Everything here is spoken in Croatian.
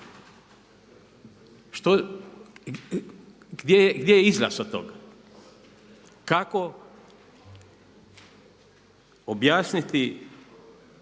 gdje je izlaz od toga, kako objasniti